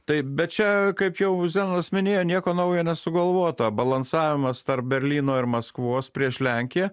taip bet čia kaip jau zenonas minėjo nieko naujo nesugalvota balansavimas tarp berlyno ir maskvos prieš lenkiją